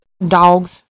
Dogs